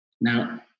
now